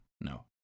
No